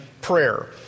prayer